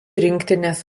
rinktinės